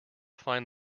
find